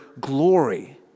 glory